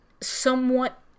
somewhat